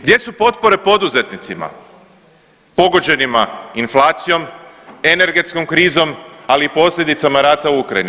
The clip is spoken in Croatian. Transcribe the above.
Gdje su potpore poduzetnicima pogođenima inflacijom, energetskom krizom, ali i posljedicama rata u Ukrajini?